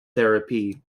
therapy